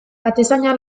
atezaina